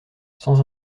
sans